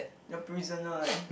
a prisoner eh